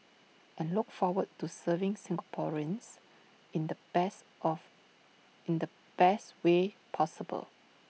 and look forward to serving Singaporeans in the best of in the best way possible